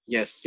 Yes